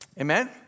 Amen